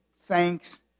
Thanks